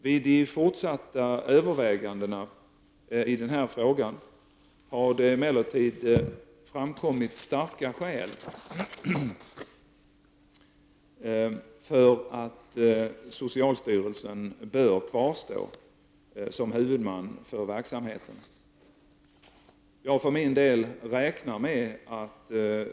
Vid de fortsatta övervägandena i den här frågan har det emellertid framkommit starka skäl för att socialstyrelsen bör kvarstå som huvudman för verksamheten. Jag för min del räknar med att styrelsen står kvar som huvudman.